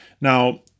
now